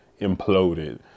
imploded